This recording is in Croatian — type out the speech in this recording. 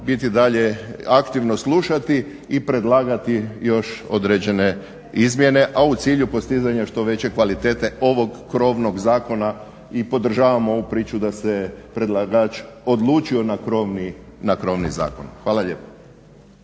biti dalje aktivno slušati i predlagati još određene izmjene, a u cilju postizanja što veće kvalitete ovog krovnog zakona i podržavam ovu priču da se predlagač odlučio na krovni zakon. Hvala lijepo.